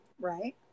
right